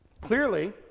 Clearly